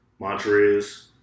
Montrez